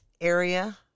area